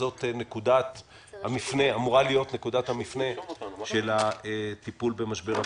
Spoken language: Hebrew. שזו אמורה להיות נקודת המפנה של הטיפול במשבר הקורונה.